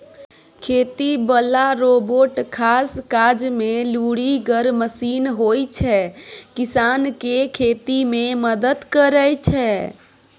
खेती बला रोबोट खास काजमे लुरिगर मशीन होइ छै किसानकेँ खेती मे मदद करय छै